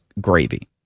gravy